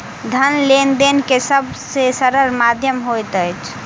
धन लेन देन के सब से सरल माध्यम होइत अछि